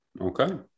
Okay